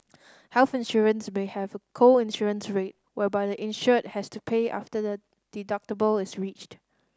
health insurance may have a co insurance rate whereby the insured has to pay after the deductible is reached